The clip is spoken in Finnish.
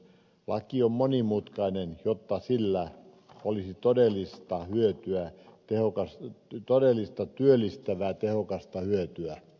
laki on monimutkainen jotta sillä olisi todellista työllistävää tehokasta hyötyä